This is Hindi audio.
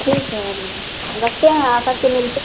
ठीक है रखते हैं आकर के मिलते हैं